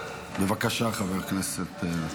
בבקשה, חבר הכנסת.